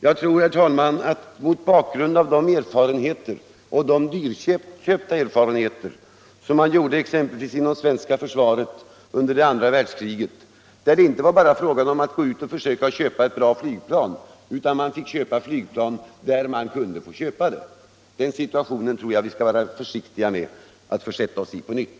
Vi bör komma ihåg, herr talman, de dyrköpta erfarenheter man gjorde inom det svenska försvaret under andra världskriget, då det inte bara var att gå ut och försöka köpa ett bra flygplan utan då man måste köpa flygplan där man kunde göra det. Den situationen tror jag vi skall vara försiktiga med att försätta oss i på nytt.